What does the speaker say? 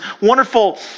wonderful